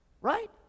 right